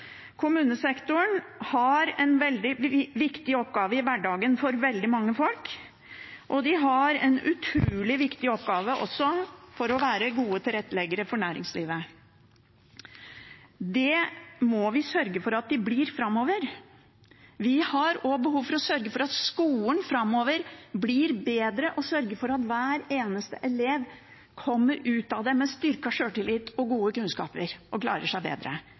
Kommunesektoren har en veldig viktig oppgave i hverdagen for veldig mange folk. De har også en utrolig viktig oppgave med å være gode tilretteleggere for næringslivet. Det må vi sørge for at de blir framover. Vi har også behov for å sørge for at skolen framover blir bedre, og sørge for at hver eneste elev kommer ut av den med styrket sjøltillit og gode kunnskaper og klarer seg bedre.